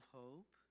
hope